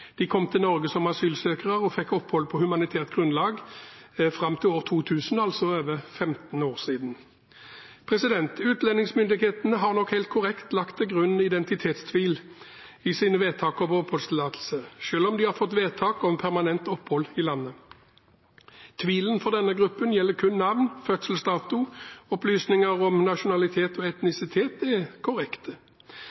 De kom til Norge som asylsøkere og fikk opphold på humanitært grunnlag fram til ca. år 2000, altså over 15 år siden. Utlendingsmyndighetene har nok helt korrekt lagt til grunn identitetstvil i sine vedtak om oppholdstillatelse, selv om de har fått vedtak om permanent opphold i landet. Tvilen for denne gruppen gjelder kun navn og fødselsdato. Opplysninger om nasjonalitet og